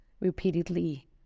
repeatedly